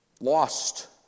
lost